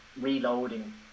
reloading